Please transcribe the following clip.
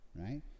Right